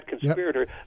conspirator